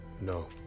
No